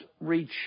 reach